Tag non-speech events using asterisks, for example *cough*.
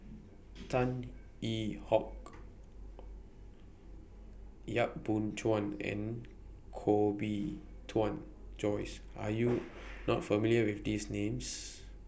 *noise* Tan Yee Hong Yap Boon Chuan and Koh Bee Tuan Joyce Are YOU *noise* not familiar with These Names